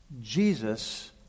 Jesus